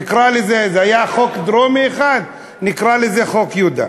נקרא לזה, זה היה חוק דרומי, נקרא לזה חוק יהודה.